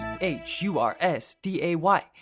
H-U-R-S-D-A-Y